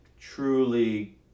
truly